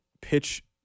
pitch